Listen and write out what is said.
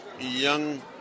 young